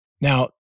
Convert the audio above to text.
Now